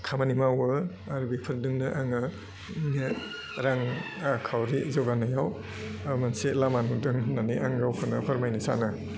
खामानि मावो आरो बेफोरदोंनो आङो रां खावरि जौगानायाव ओह मोनसे लामा नुदों होन्नानै आं गावखौनो फोरमायनो सानो